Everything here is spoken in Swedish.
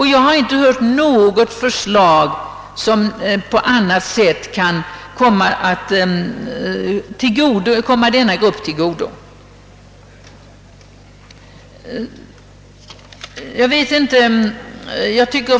Något annat förslag att hjälpa denna grupp har inte diskuterats.